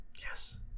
Yes